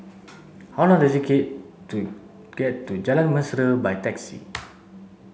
how long does it take to get to Jalan Mesra by taxi